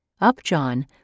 Upjohn